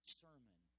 sermon